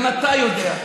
גם אתה יודע,